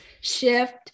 shift